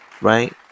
Right